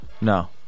No